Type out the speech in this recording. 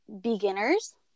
beginners